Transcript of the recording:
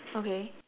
okay